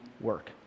work